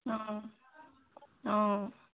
অঁ অঁ